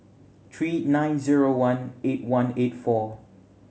three nine zero one eight one eight four